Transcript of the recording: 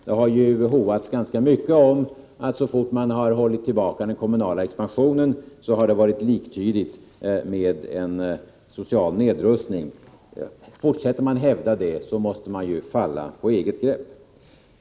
Det har ju hoats ganska mycket, så fort man velat hålla tillbaka den kommunala expansionen, att det är liktydigt med en social nedrustning. Fortsätter man att hävda det, måste man falla på eget grepp. Herr talman!